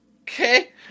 okay